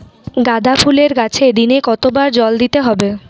গাদা ফুলের গাছে দিনে কতবার জল দিতে হবে?